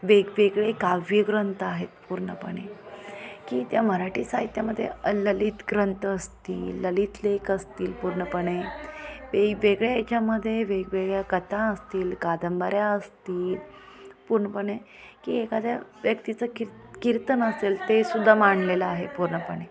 वेगवेगळे काव्य ग्रंथ आहेत पूर्णपणे की त्या मराठी साहित्यामध्ये ललित ग्रंथ असतील ललित लेख असतील पूर्णपणे वेगवेगळ्या याच्यामध्ये वेगवेगळ्या कथा असतील कादंबऱ्या असतील पूर्णपणे की एखाद्या व्यक्तीचं किर कीर्तन असेल तेसुद्धा मांडलेलं आहे पूर्णपणे